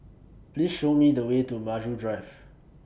Please Show Me The Way to Maju Drive